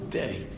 day